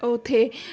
ਉੱਥੇ